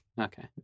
Okay